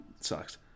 Sucks